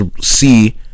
see